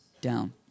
down